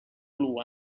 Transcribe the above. blue